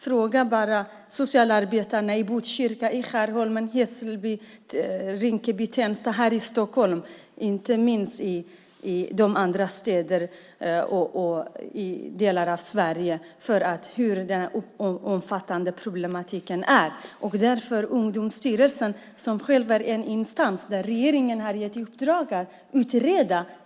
Fråga bara socialarbetarna i Botkyrka, Skärholmen, Hässelby, Rinkeby och Tensta här i Stockholm och i andra städer och delar av Sverige om hur omfattande den här problematiken är! Ungdomsstyrelsen är en instans som regeringen har gett i uppdrag att utreda.